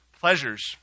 pleasures